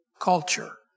culture